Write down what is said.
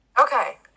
Okay